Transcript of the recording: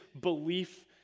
belief